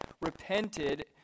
repented